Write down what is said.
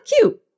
cute